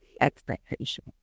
expectation